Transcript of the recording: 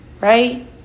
right